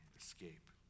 escape